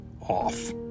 off